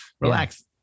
Relax